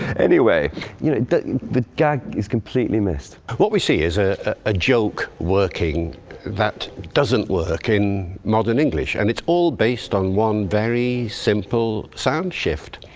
you know the gag is completely missed. what we see is a ah joke working that doesn't work in modern english, and it's all based on one very simple sound shift.